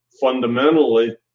fundamentally